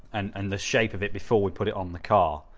and and the shape of it before we put it on the car,